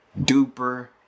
duper